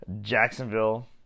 Jacksonville